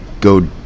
go